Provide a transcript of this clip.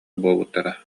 буолбуттара